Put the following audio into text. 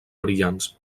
brillants